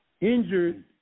injured